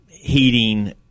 heating